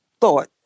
thought